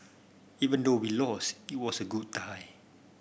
even though we lost it was a good tie